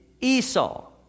Esau